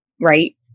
right